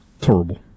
terrible